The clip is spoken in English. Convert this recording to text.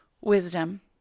wisdom